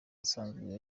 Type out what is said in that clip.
asanzwe